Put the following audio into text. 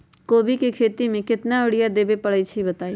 कोबी के खेती मे केतना यूरिया देबे परईछी बताई?